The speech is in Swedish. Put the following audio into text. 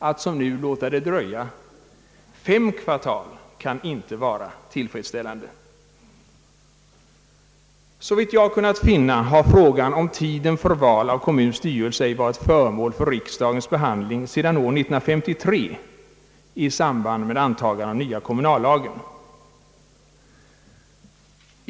Att som nu låta det dröja fem kvartal kan inte vara tillfredsställande. Såvitt jag kunnat finna har frågan om tiden för val av kommunernas styrelser ej varit föremål för riksdagens behandling sedan år 1953 i samband med antagande av den nya kommunallagen.